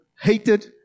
hated